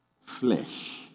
flesh